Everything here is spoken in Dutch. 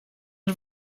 het